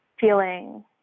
feeling